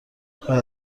بعد